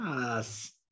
Yes